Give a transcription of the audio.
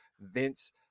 Vince